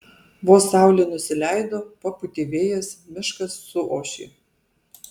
vos saulė nusileido papūtė vėjas miškas suošė